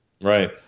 right